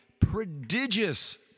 prodigious